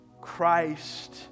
Christ